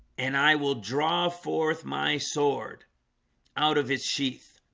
and i will draw forth my sword out of his sheath